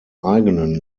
eigenen